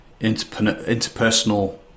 interpersonal